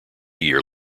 year